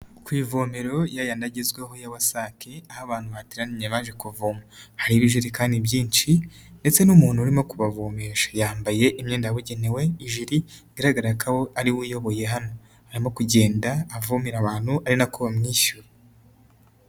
Ku ivomero yayandi agezweho ya wasake, aho abantu bateraniye baje kuvoma. Hariho ibijerikani byinshi, ndetse n'umuntu urimo kubavomesha. Yambaye imyenda yabugenewe, ijire igaragara ko ariwe uyoboye hano, harimo kugenda avomerara abantu ari nako bamwishyura.